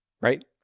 right